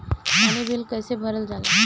पानी बिल कइसे भरल जाई?